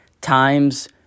times